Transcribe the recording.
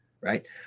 right